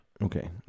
Okay